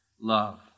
love